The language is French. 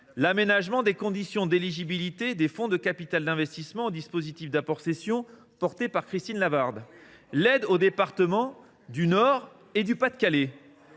l’aménagement des conditions d’éligibilité des fonds de capital investissement au dispositif d’apport cession, dispositif défendu par Christine Lavarde, ou à l’aide aux départements du Nord et du Pas de Calais,